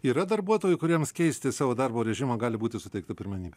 yra darbuotojų kuriems keisti savo darbo režimą gali būti suteikta pirmenybė